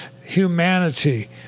humanity